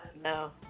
No